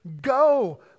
go